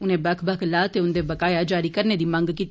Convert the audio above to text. उनें बक्ख बक्ख लाह ते उन्दे बकाए जारी करने दी मंग कीती